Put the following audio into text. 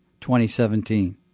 2017